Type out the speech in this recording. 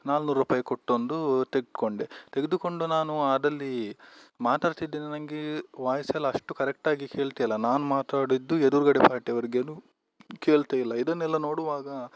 ನಾಲ್ಕ್ನೂರು ರೂಪಾಯಿ ಕೊಟ್ಟೊಂದು ತೆಗೆದ್ಕೊಂಡೆ ತೆಗೆದುಕೊಂಡು ನಾನು ಅದಲ್ಲಿ ಮಾತಾಡ್ತಿದ್ದೇನೆ ನನಗೆ ವಾಯ್ಸ್ ಎಲ್ಲ ಅಷ್ಟು ಕರೆಕ್ಟಾಗಿ ಕೇಳ್ತಿಲ್ಲ ನಾನು ಮಾತಾಡಿದ್ದು ಎದುರುಗಡೆ ಪಾರ್ಟಿ ಅವರಿಗೇನು ಕೇಳ್ತಾಯಿಲ್ಲ ಇದನ್ನೆಲ್ಲ ನೋಡುವಾಗ